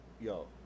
yo